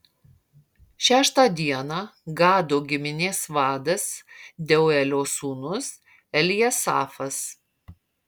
šeštą dieną gado giminės vadas deuelio sūnus eljasafas